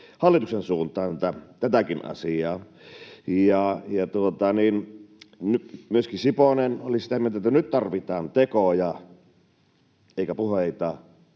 hallituksen suuntaan tätäkin asiaa. Ja nyt myöskin Siponen oli sitä mieltä, että ”nyt tarvitaan tekoja eikä puheita”.